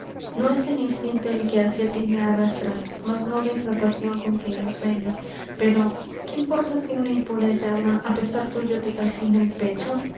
no es el instinto el que hácia tí me arrastra más noble es la pasion con que yo sueño pero qué importa si una impura llama á pesar tuyo te calcina el pecho